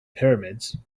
pyramids